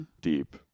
deep